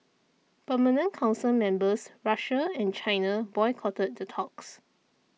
permanent council members Russia and China boycotted the talks